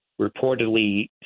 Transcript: reportedly